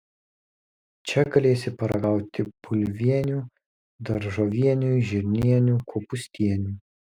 čia galėsi paragauti bulvienių daržovienių žirnienių kopūstienių